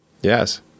Yes